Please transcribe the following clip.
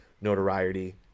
notoriety